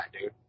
dude